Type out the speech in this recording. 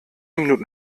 minuten